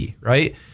right